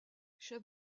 chef